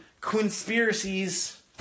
conspiracies